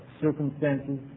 circumstances